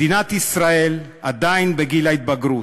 מדינת ישראל עדיין בגיל ההתבגרות,